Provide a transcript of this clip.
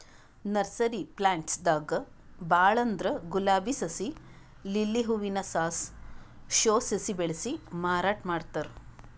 nursery plants ದಾಗ್ ಭಾಳ್ ಅಂದ್ರ ಗುಲಾಬಿ ಸಸಿ, ಲಿಲ್ಲಿ ಹೂವಿನ ಸಾಸ್, ಶೋ ಸಸಿ ಬೆಳಸಿ ಮಾರಾಟ್ ಮಾಡ್ತಾರ್